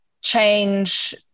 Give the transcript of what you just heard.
change